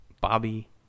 Bobby